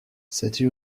cette